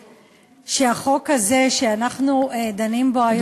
הכנסת שהחוק הזה שאנחנו דנים בו היום,